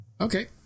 Okay